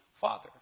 Father